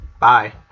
Bye